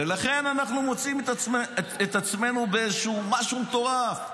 ולכן אנחנו מוצאים את עצמנו באיזשהו משהו מטורף.